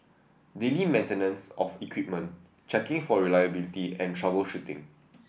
daily maintenance of equipment checking for reliability and troubleshooting